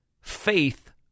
faith